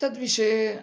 तद्विषये अहं